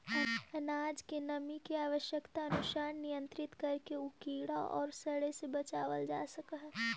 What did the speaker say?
अनाज के नमी के आवश्यकतानुसार नियन्त्रित करके उ कीड़ा औउर सड़े से बचावल जा सकऽ हई